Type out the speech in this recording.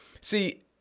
See